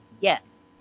Yes